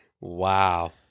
Wow